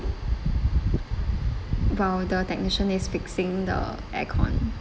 while the technician is fixing the aircon